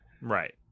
Right